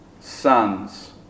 sons